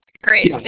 great,